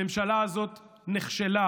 הממשלה הזאת נכשלה.